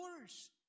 worse